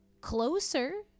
closer